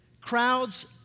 Crowds